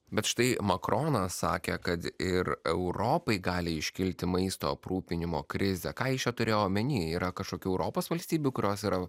bet štai makronas sakė kad ir europai gali iškilti maisto aprūpinimo krizė ką jis čia turėjo omeny yra kažkokių europos valstybių kurios yra